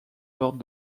porte